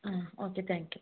ಹಾಂ okay thank you